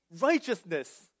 righteousness